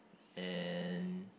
and